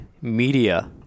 media